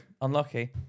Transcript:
unlucky